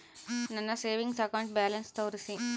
ನನ್ನ savings account balance ತೋರಿಸಿ?